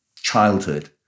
childhood